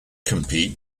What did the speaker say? compete